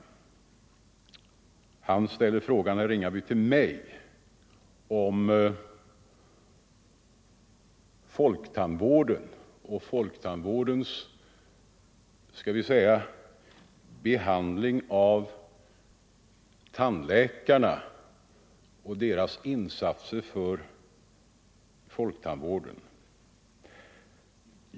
Vidare ställde herr Ringaby en fråga till mig rörande landstingens behandling av tandläkarna och deras insatser i folktandvården.